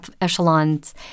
echelons